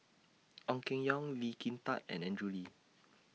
Ong Keng Yong Lee Kin Tat and Andrew Lee